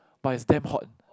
but is damn hot